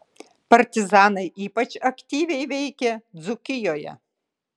partizanai ypač aktyviai veikė dzūkijoje